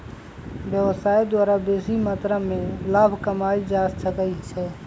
व्यवसाय द्वारा बेशी मत्रा में लाभ कमायल जा सकइ छै